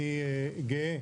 אני גאה